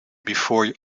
before